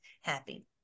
happy